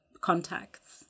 contacts